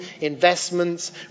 investments